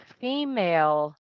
female